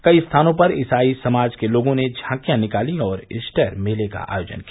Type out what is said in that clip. कई स्थानों पर ईसाई समाज के लोगों ने झांकियां निकाली और ईस्टर मेले का आयोजन किया